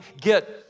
get